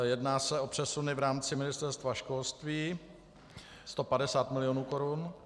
Jedná se o přesuny v rámci Ministerstva školství, 150 milionů korun.